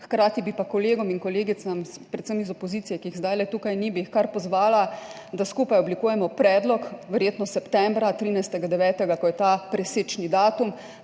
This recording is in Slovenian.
Hkrati bi pa kolegom in kolegicam predvsem iz opozicije, ki jih zdaj tukaj ni, bi jih kar pozvala, da skupaj oblikujemo predlog, verjetno septembra, 13. 9., ko je ta presečni datum,